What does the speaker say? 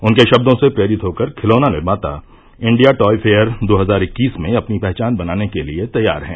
उनके शब्दों से प्रेरित होकर खिलौना निर्माता इंडिया टॉय फेयर दो हजार इक्कीस में अपनी पहचान बनाने के लिए तैयार हैं